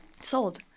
Sold